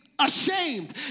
ashamed